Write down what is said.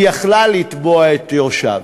היא יכולה לתבוע את יורשיו.